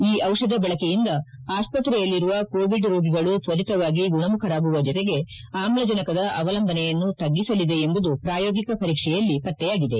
ಈ ದಿಷಧ ಬಳಕೆಯಿಂದ ಆಸ್ಪತ್ರೆಯಲ್ಲಿರುವ ಕೋವಿಡ್ ರೋಗಿಗಳು ತ್ವರಿತವಾಗಿ ಗುಣಮುಖರಾಗುವ ಜತೆಗೆ ಆಮ್ಲಜನಕ ಅವಲಂಬನೆಯನ್ನು ತಗ್ಗಿಸಲಿದೆ ಎಂಬುದು ಪ್ರಾಯೋಗಿಕ ಪರೀಕ್ಷೆಯಲ್ಲಿ ಪತ್ತೆಯಾಗಿದೆ